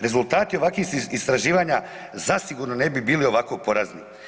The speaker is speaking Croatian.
rezultati ovakvih istraživanja zasigurno ne bi bili ovako porazni.